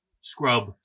scrub